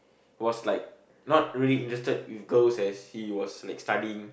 was like not really interested with girls as he was like studying